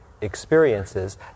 experiences